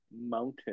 Mountain